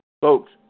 Folks